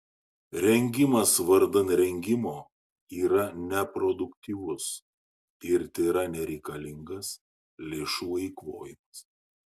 rengimas vardan rengimo yra neproduktyvus ir tėra nereikalingas lėšų eikvojimas